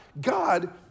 God